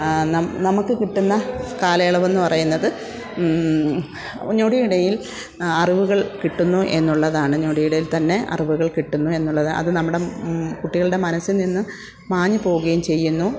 നം നമുക്ക് കിട്ടുന്ന കാലയളവെന്ന് പറയുന്നത് ഞൊടിയിടയിൽ അറിവുകൾ കിട്ടുന്നു എന്നുള്ളതാണ് ഞൊടിയിടയിൽ തന്നെ അറിവുകൾ കിട്ടുന്നു എന്നുള്ളത് അത് നമ്മുടെ കുട്ടികളുടെ മനസ്സിൽ നിന്ന് മാഞ്ഞ് പോവുകയും ചെയ്യുന്നു